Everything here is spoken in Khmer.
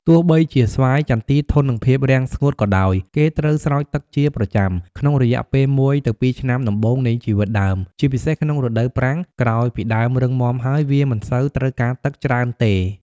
ទោះបីជាស្វាយចន្ទីធន់នឹងភាពរាំងស្ងួតក៏ដោយ គេត្រូវ ស្រោចទឹកជាប្រចាំ ក្នុងរយៈពេល ១ ទៅ២ ឆ្នាំដំបូងនៃជីវិតដើម ជាពិសេសក្នុងរដូវប្រាំង ក្រោយពីដើមរឹងមាំហើយ វាមិនសូវត្រូវការទឹកច្រើនទេ។